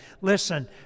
Listen